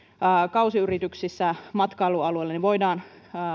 kausiyrityksissä matkailualueilla voidaan